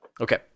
Okay